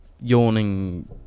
yawning